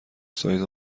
سایز